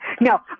No